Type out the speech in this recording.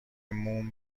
موم